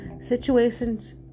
Situations